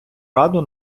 раду